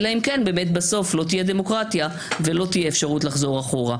אלא אם כן בסוף באמת לא תהיה דמוקרטיה ולא תהיה אפשרות לחזור אחורה.